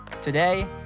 Today